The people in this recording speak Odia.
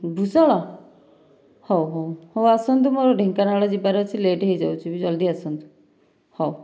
ଭୁସଳ ହେଉ ହେଉ ଆସନ୍ତୁ ମୋର ଢେଙ୍କାନାଳ ଯିବାର ଅଛି ଲେଟ ହୋଇଯାଉଛି ଜଲ୍ଦି ଆସନ୍ତୁ ହେଉ